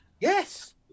Yes